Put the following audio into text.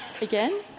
again